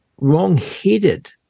wrong-headed